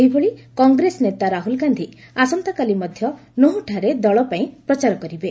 ସେହିଭଳି କଂଗ୍ରେସ ନେତା ରାହୁଲ୍ ଗାନ୍ଧି ଆସନ୍ତାକାଲି ମଧ୍ୟ ନୁହୁଠାରେ ଦଳ ପାଇଁ ପ୍ରଚାର କରିବେ